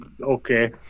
Okay